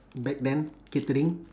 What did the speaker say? back then catering